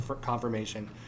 confirmation